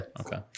Okay